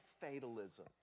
fatalism